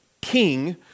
king